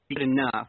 Enough